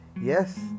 Yes